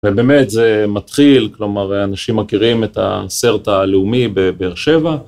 ובאמת זה מתחיל, כלומר אנשים מכירים את הסרט הלאומי בבאר שבע.